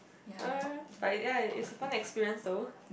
uh but ya it's a fun experience though